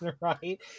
right